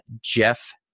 Jeff